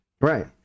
Right